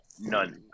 none